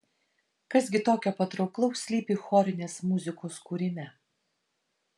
kas gi tokio patrauklaus slypi chorinės muzikos kūrime